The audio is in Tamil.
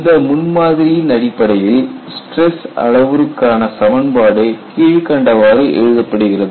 இந்த முன் மாதிரியின் அடிப்படையில் ஸ்டிரஸ் அளவுருக்கான சமன்பாடு கீழ்க்கண்டவாறு எழுதப்படுகிறது